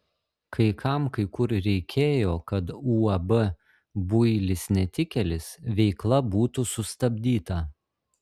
kai kam kai kur reikėjo kad uab builis netikėlis veikla būtų sustabdyta